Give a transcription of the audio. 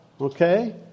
Okay